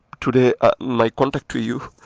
today my contact to you,